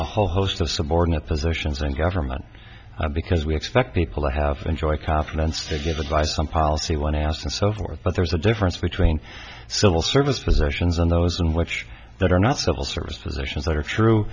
the whole host of subordinate positions in government because we expect people to have enjoyed confidence to give advice some policy when asked and so forth but there's a difference between civil service positions on those in which that are not civil service positions that are true